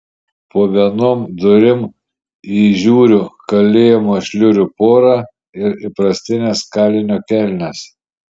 po vienom durim įžiūriu kalėjimo šliurių porą ir įprastines kalinio kelnes